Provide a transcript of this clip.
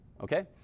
okay